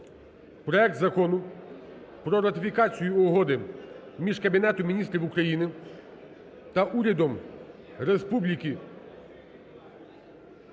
проект Закону про ратифікацію Угоди між Кабінетом Міністрів України та Урядом Республіки… Проект